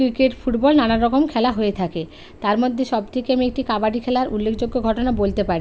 cricket football নানা রকম খেলা হয়ে থাকে তার মধ্যে সবথেকে আমি একটি কাবাডি খেলার উল্লেখযোগ্য ঘটনা বলতে পারি